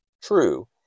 True